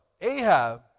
Ahab